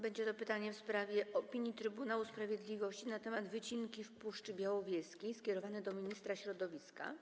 Będzie to pytanie w sprawie opinii Trybunału Sprawiedliwości na temat wycinki w Puszczy Białowieskiej, skierowane do ministra środowiska.